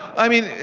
i mean,